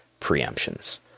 preemptions